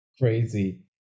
Crazy